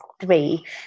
three